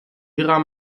ihrer